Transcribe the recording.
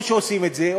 או שעושים את זה,